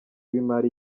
w’imari